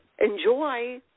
enjoy